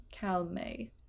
Calme